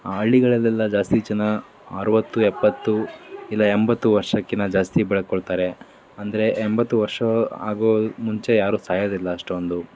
ಹಳ್ಳಿಗಳಲ್ಲೆಲ್ಲ ಜಾಸ್ತಿ ಜನ ಅರುವತ್ತು ಎಪ್ಪತ್ತು ಇಲ್ಲ ಎಂಬತ್ತು ವರ್ಷಕ್ಕಿಂತ ಜಾಸ್ತಿ ಬೆಳ್ಕೊಳ್ತಾರೆ ಅಂದರೆ ಎಂಬತ್ತು ವರ್ಷ ಆಗೋ ಮುಂಚೆ ಯಾರೂ ಸಾಯೋದಿಲ್ಲ ಅಷ್ಟೊಂದು